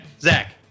Zach